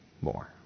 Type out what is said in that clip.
more